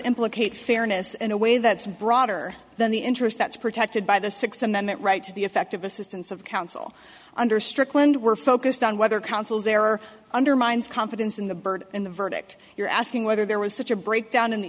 implicate fairness in a way that's broader than the interest that's protected by the sixth amendment right to the effective assistance of counsel under strickland we're focused on whether councils there are undermines confidence in the bird in the verdict you're asking whether there was such a breakdown in the